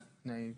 אלה תנאי מינימום.